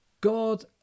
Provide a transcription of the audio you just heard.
God